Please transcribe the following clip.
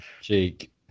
Jake